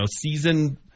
season